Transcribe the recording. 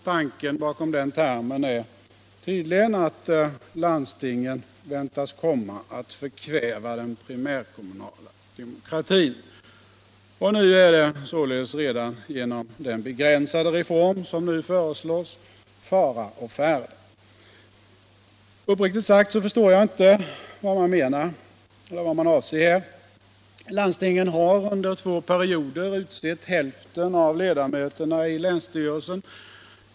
Tanken bakom den termen är tydligen att landstingen väntas komma att kväva den primärkommunala demokratin. Nu är det således redan genom den begränsade reform som i dag föreslås fara å färde. Uppriktigt sagt förstår jag inte vad man avser. Landstingen har under två perioder utsett hälften av ledamöterna i länsstyrelsen.